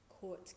court